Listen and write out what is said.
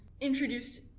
introduced